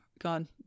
gone